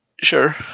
Sure